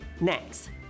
Next